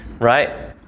right